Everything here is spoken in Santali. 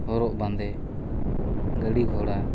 ᱦᱚᱨᱚᱜ ᱵᱟᱸᱫᱮ ᱜᱟᱲᱤᱜᱷᱚᱲᱟ